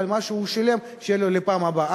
מה שהוא שילם יהיה לו לפעם הבאה.